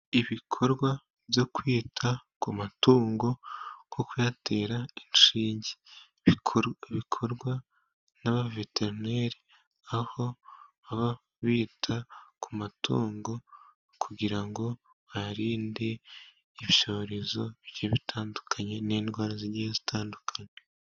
Ibikorwa byo kwita ku matungo nko kuyatera inshinge, bikorwa naba veterineri aho baba bita ku matungo kugira ngo bayarinde ibyorezo bigiye bitandukanye n'indwara zigiye zitandukanye.